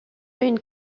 une